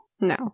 No